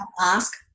ask